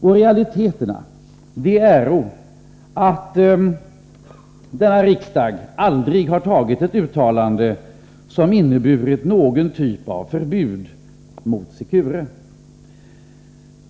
Och realiteterna är att denna riksdag aldrig har antagit något uttalande som inneburit någon typ av förbud mot Secure.